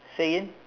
say again